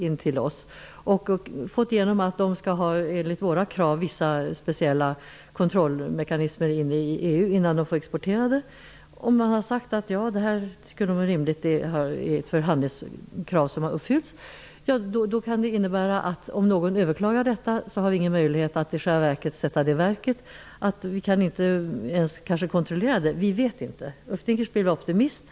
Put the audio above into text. Antag att vi har fått igenom kravet att kött och ägg som exporteras till Sverige skall salmonellakontrolleras och att EU enligt våra krav skall använda vissa speciella kontrollmekanismer innan varorna får exporteras. Om någon överklagar detta kan det innebära att vi i själva verket inte har någon möjlighet att sätta det i verket. Vi kan kanske inte ens kontrollera det. Detta vet vi inte. Ulf Dinkelspiel var optimist.